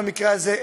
במקרה הזה,